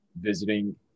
visiting